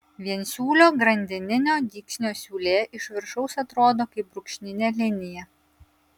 viensiūlio grandininio dygsnio siūlė iš viršaus atrodo kaip brūkšninė linija